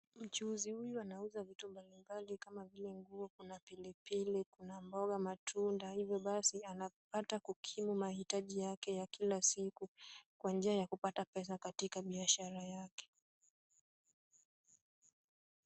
Mchuuzi huyu anauza vitu mbalimbali kama vile nguo, kuna pilipili, kuna mboga, matunda hivyo basi anapata kukimu mahitaji yake ya kila siku kwa njia ya kupata pesa katika biashara yake.